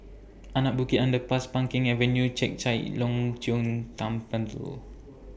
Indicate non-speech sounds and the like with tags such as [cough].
Anak Bukit Underpass Peng Kang Avenue Chek Chai Long Chuen [unintelligible]